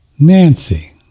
Nancy